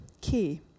Key